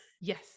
Yes